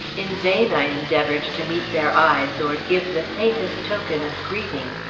in vain i endeavored to meet their eyes, or give the faintest token of greeting.